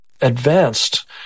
advanced